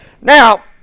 Now